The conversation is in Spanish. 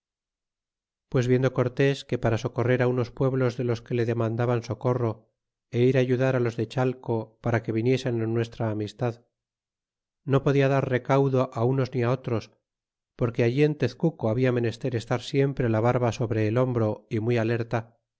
pues viendo cortés que para socorrer á unos pueblos de los que le demandaban socorro é ir á ayudará los de chateo para que viniesen á nuestra amistad no podia dar recaudo á unos ni á otros porque allí en tezcoco labia menester estar siempre la barba sobre el hombro é muy alerta